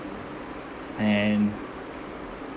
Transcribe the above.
and